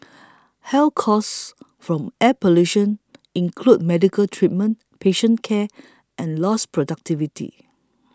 health costs from air pollution include medical treatment patient care and lost productivity